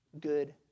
good